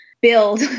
build